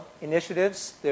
initiatives